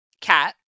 Cat